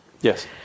Yes